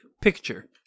Picture